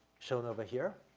shown over here,